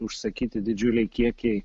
užsakyti didžiuliai kiekiai